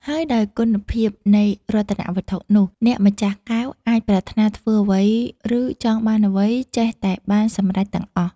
ហើយដោយគុណភាពនៃរតនវត្ថុនោះ អ្នកម្ចាស់កែវអាចប្រាថ្នាធ្វើអ្វីឬចង់បានអ្វី ចេះតែបានសម្រេចទាំងអស់។